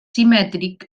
simètric